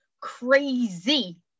Crazy